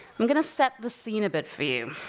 i'm gonna set the scene a bit for you.